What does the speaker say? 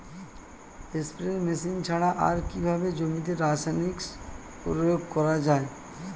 Spray machine ছাড়া আর কিভাবে জমিতে রাসায়নিক প্রয়োগ করা যায়?